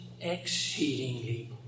exceedingly